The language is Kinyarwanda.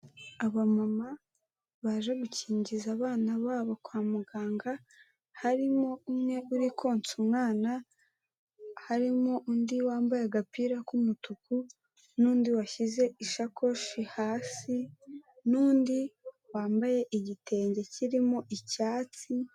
Abamama baje gukingiza abana babo kwa muganga, harimo umwe uri konsa umwana, harimo undi wambaye agapira k'umutuku, n'undi washyize isakoshi hasi, n'undi wambaye igitenge kirimo icyatsi.